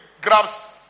grabs